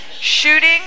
shooting